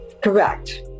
Correct